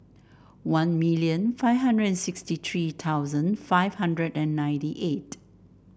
one million five hundred and sixty three thousand five hundred and ninety eight